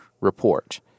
report